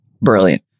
brilliant